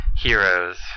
heroes